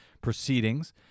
proceedings